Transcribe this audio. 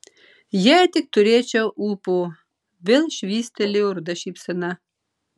jei tik turėčiau ūpo vėl švystelėjo ruda šypsena